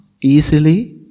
easily